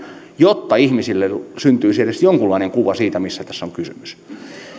jotta ihmisille syntyisi edes jonkunlainen kuva mistä tässä on kysymys